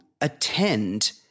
attend